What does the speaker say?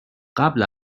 قبل